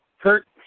Kurt